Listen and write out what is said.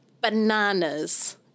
bananas